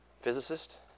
physicist